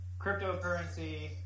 Cryptocurrency